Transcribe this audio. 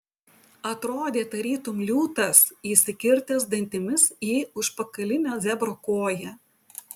atrodė tarytum liūtas įsikirtęs dantimis į užpakalinę zebro koją